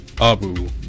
Abu